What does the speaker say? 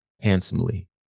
handsomely